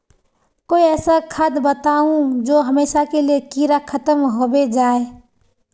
कोई ऐसा खाद बताउ जो हमेशा के लिए कीड़ा खतम होबे जाए?